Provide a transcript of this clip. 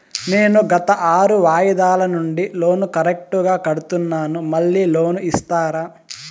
నేను గత ఆరు వాయిదాల నుండి లోను కరెక్టుగా కడ్తున్నాను, మళ్ళీ లోను ఇస్తారా?